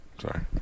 sorry